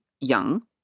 young